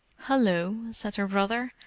hallo! said her brother.